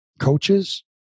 coaches